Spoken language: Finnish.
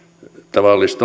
tavallista